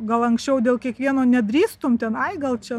gal anksčiau dėl kiekvieno nedrįstum ten ai gal čia